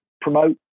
promote